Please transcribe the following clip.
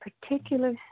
particular